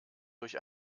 durch